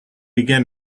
again